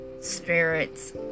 spirits